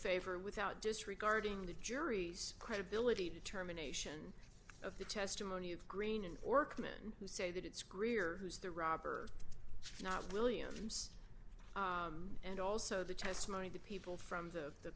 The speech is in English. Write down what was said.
favor without disregarding the jury's credibility determination of the testimony of green and orc men who say that it's greer who's the robber not williams and also the testimony of the people from the